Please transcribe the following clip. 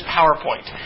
PowerPoint